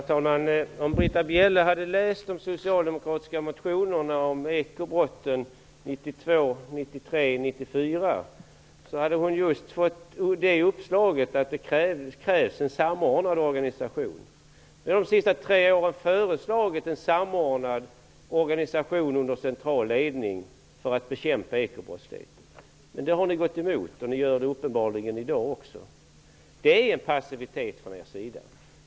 Herr talman! Om Britta Bjelle hade läst de socialdemokratiska motionerna 1992, 1993 och 1994 om ekobrotten, hade hon fått uppslaget att det krävs en samordnad organisation. Vi har de senaste tre åren föreslagit en samordnad organisation under central ledning för att bekämpa ekobrottsligheten. Men det har ni gått emot, och det gör ni uppenbarligen också i dag. Det råder passivitet från er sida.